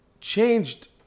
changed